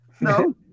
No